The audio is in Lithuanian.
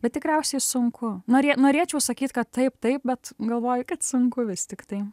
bet tikriausiai sunku norė norėčiau sakyt kad taip taip bet galvoju kad sunku vis tiktai